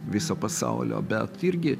viso pasaulio bet irgi